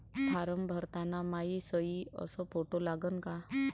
Form भरताना मायी सयी अस फोटो लागन का?